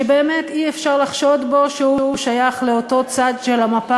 שבאמת אי-אפשר לחשוד בו שהוא שייך לאותו צד של המפה